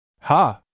Ha